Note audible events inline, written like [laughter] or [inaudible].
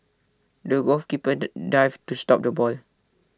the golf keeper [unintelligible] dived to stop the ball